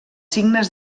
signes